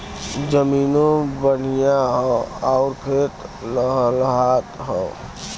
जमीनों बढ़िया हौ आउर खेतो लहलहात हौ